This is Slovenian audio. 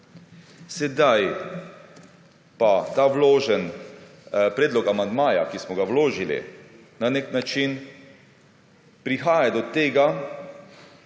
Sedaj pa ta vložen predlog amandmaja, ki smo ga vložili, na nek način prihaja do tega,